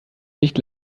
nicht